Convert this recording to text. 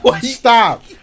stop